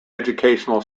educational